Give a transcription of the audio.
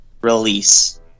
release